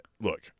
look